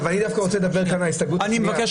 אבל אני דווקא רוצה לדבר על ההסתייגות --- חבר